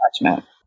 attachment